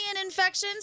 infections